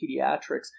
pediatrics